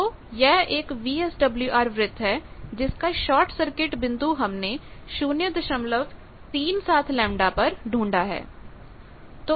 तो यह एक वीएसडब्ल्यूआर वृत्त है जिसका शॉर्ट सर्किट बिंदु हमने 037 λ पर ढूंढा है